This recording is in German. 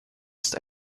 ist